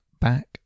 back